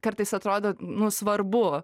kartais atrodo nu svarbu